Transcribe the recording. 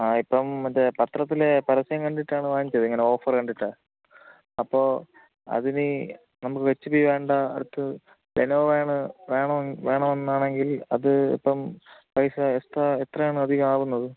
ആ ഇപ്പോള് മറ്റേ പത്രത്തിലെ പരസ്യം കണ്ടിട്ടാണ് വാങ്ങിച്ചത് ഇങ്ങനെ ഓഫര് കണ്ടിട്ടാണ് അപ്പോള് അതിന് നമുക്ക് എച്ച് പി വേണ്ട അടുത്ത് ലെനോവ വേണം വേണമോ വേണമെന്നാണെങ്കിൽ അത് ഇപ്പോള് പൈസ എക്സ്ട്രാ എത്രയാണ് അധികമാവുന്നത്